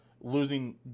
losing